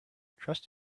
trust